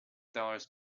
dollars